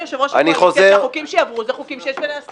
יושב-ראש הקואליציה הודיע שהחוקים שיעברו זה חוקים שיש עליהם הסכמה.